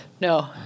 No